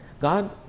God